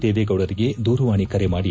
ದೇವೇಗೌಡರಿಗೆ ದೂರವಾಣಿ ಕರೆ ಮಾಡಿ